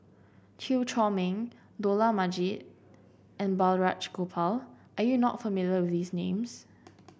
Chew Chor Meng Dollah Majid and Balraj Gopal are you not familiar with these names